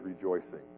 rejoicing